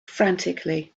frantically